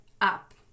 up